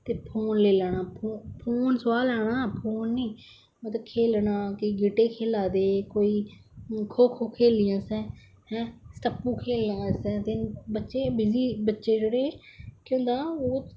ते फौन लेई लेना फोन सुआह् लैना फोन नेईं मतलब खेलना केईं गीह्टे खेला दे कोई खो खो खेलने आस्तै कोई स्टापो खेल्ला दा ते बच्चे बिजी बच्चे जेहडे के्ह होंदा